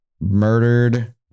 murdered